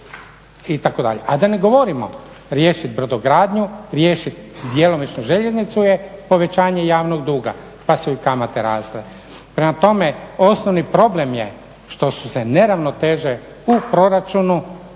itd. A da ne govorimo riješiti brodogradnju, riješiti djelomično željeznicu je povećanje javnog duga pa su i kamate rasle. Prema tome, osnovni problem je što su se neravnoteže u proračunu